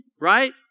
Right